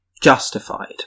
Justified